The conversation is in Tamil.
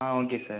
ah okay sir